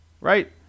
Right